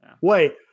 Wait